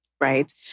right